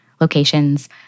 locations